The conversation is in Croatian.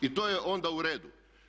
I to je onda u redu.